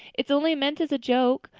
it's only meant as a joke.